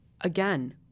Again